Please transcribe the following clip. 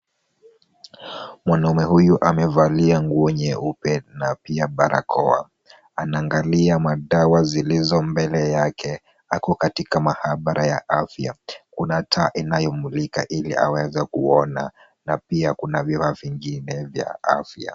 Mwanamume huyu amevalia nguo nyeupe na pia barakoa, anaangalia madawa zilizo mbele yake, ako katika maabara ya afya, kuna taa inayomulika ili aweze kuona na pia kuna vifaa vingine vya afya.